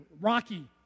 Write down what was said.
Rocky